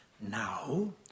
now